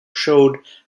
progressive